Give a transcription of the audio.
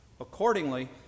Accordingly